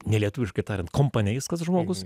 nelietuviškai tariant kompaneiskas žmogus